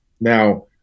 Now